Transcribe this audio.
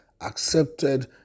accepted